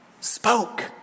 spoke